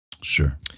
sure